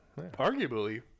Arguably